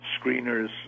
screeners